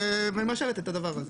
והיא מאשרת את הדבר הזה.